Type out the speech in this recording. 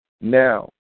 Now